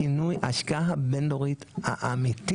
השינוי, ההשקעה הבין דורית האמיתית,